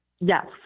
Yes